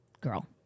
girl